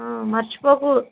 మర్చిపోకు